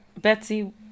Betsy